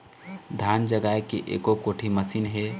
धान जगाए के एको कोठी मशीन हे?